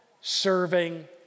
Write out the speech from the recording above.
serving